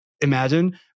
imagine